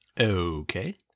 okay